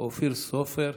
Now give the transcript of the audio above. אופיר סופר,